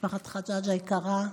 משפחת חג'אג' היקרה,